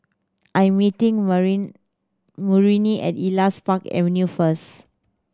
I am meeting marine Maurine at Elias Park Avenue first